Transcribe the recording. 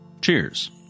Cheers